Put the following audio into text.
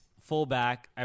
fullback